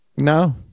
No